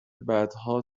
بعدها